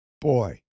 boy